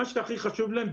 מה שהכי חשוב להם,